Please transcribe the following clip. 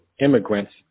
immigrants